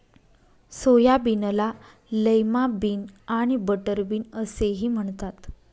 सोयाबीनला lima bean आणि butter bean असेही म्हणतात